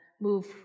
move